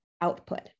output